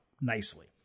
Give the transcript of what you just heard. nicely